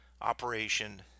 operation